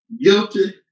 Guilty